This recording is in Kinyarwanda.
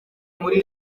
muri